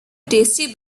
tasty